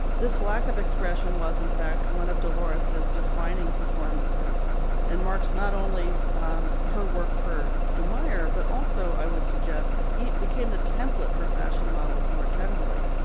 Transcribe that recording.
this lack of expression was in fact one of dolores defining performances and marks not only her work for de meyer but also i would suggest it became the template for fashion models more generally.